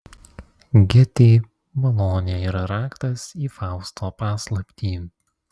gėtei malonė yra raktas į fausto paslaptį